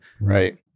right